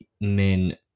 men